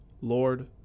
Lord